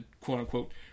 quote-unquote